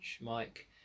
Mike